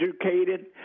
educated